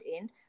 end